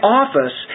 office